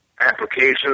applications